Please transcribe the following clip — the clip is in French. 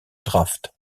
draft